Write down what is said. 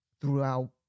throughout